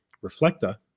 Reflector